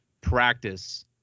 practice